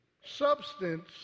Substance